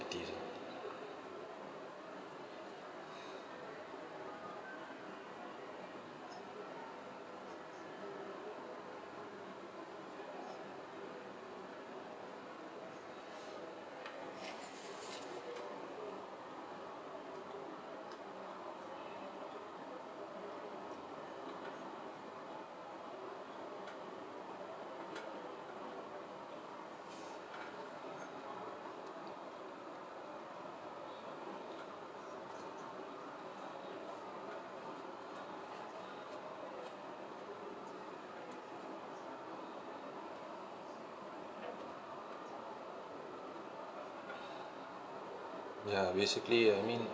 properties ya basically I mean